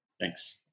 Thanks